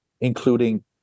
including